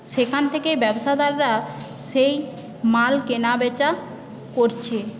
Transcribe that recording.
সেখান থেকে ব্যাবসাদাররা সেই মাল কেনা বেচা করছে